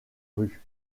rues